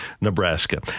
Nebraska